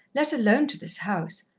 let alone to this house.